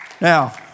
now